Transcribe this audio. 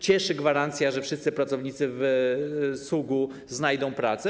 Cieszy gwarancja, że wszyscy pracownicy SUG znajdą pracę.